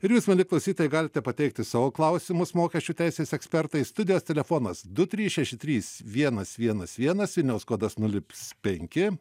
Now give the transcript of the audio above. ir jūs mieli klausytojai galite pateikti savo klausimus mokesčių teisės ekspertai studijos telefonas du trys šeši trys vienas vienas vienas vilniaus kodas nulips penki